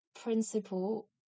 principle